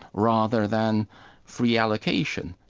rather than free allocation.